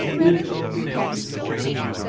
if it is important,